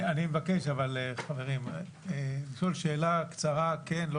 אני מבקש אבל, חברים, לשאול שאלה קצרה, כן.